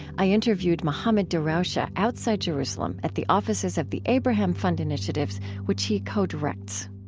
i interviewed mohammad darawshe ah outside jerusalem at the offices of the abraham fund initiatives, which he co-directs